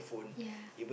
ya